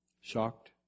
Shocked